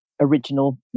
original